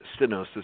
stenosis